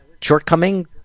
shortcoming